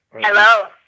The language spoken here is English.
hello